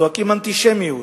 זועקים: אנטישמיות,